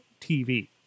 TV